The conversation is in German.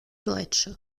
deutsche